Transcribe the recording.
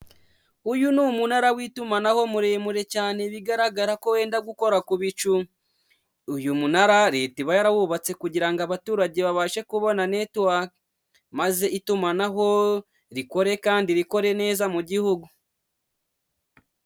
Uyu ni umunara w'itumanaho muremure cyane bigaragara ko wenda gukora ku bicu. Uyu munara, leta iba yarawubatse kugira ngo abaturage babashe kubona netuwake maze itumanaho rikore kandi rikore neza mu gihugu.